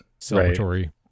celebratory